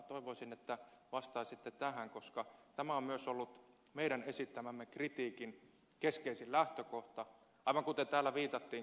toivoisin että vastaisitte tähän koska tämä on myös ollut meidän esittämämme kritiikin keskeisin lähtökohta aivan kuten täällä viitattiin kiitos vain siitä